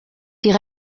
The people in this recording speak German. die